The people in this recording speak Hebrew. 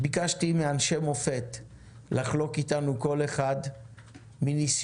ביקשתי מאנשי מופת לחלוק אתנו כל אחד מניסיונו